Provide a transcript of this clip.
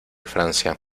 francia